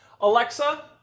Alexa